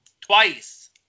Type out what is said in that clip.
twice